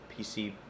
PC